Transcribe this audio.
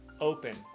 open